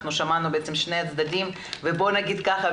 שמענו את שני הצדדים ונאמר כך,